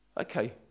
Okay